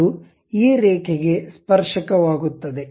ಮತ್ತು ಈ ರೇಖೆಗೆ ಸ್ಪರ್ಶಕವಾಗುತ್ತದೆ